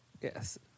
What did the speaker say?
Yes